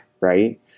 Right